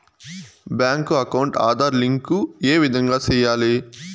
Bank account Aadhaar link ఏ విధంగా సెయ్యాలి?